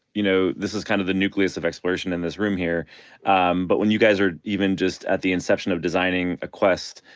you know, this is kind of the nucleus of exploration in this room here but when you guys are even just at the inception of designing a quest